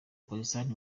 pakistan